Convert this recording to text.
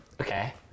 Okay